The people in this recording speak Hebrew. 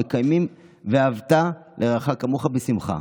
מקיימים את "ואהבת לרעך כמוך" בשמחה.